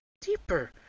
deeper